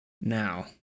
Now